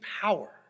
power